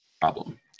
problem